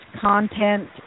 content